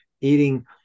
eating